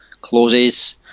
closes